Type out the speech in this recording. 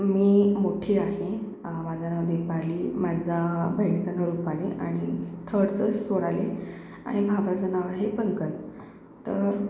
मी मोठी आहे माझं नाव दीपाली माझ्या बहिणीचं नाव रुपाली आणि थर्डचं सोनाली आणि भावाचं नाव आहे पंकज तर